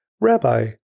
Rabbi